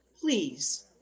please